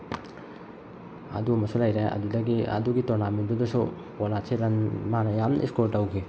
ꯑꯗꯨ ꯑꯃꯁꯨ ꯂꯩꯔꯦ ꯑꯗꯨꯗꯒꯤ ꯑꯗꯨꯒꯤ ꯇꯣꯔꯅꯥꯃꯦꯟꯗꯨꯗꯁꯨ ꯄꯣꯂꯥꯠꯁꯦ ꯔꯟ ꯃꯥꯅ ꯌꯥꯝ ꯏꯁꯀꯣꯔ ꯇꯧꯈꯤ